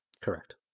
Correct